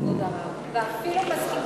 אני שומעת אותך ואפילו מסכימה